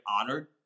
honored